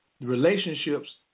relationships